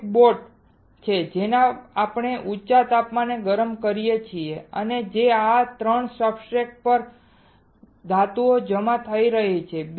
એક બોટ છે જેને આપણે ઊંચા તાપમાને ગરમ કરીએ છીએ અને તેથી જ આ 3 સબસ્ટ્રેટ્સ પર ધાતુ જમા થઈ રહી છે